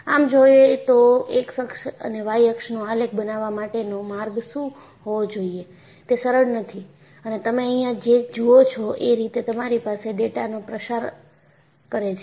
આમ જોયે તો x અક્ષ અને y અક્ષ નો આલેખ બનાવવા માટે નો માર્ગ શું હોવો જોઈએ તે સરળ નથી અને તમે અહીંયા જે જુઓ છો એ રીતે તમારી પાસે ડેટાનો પ્રસાર કરે છે